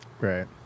Right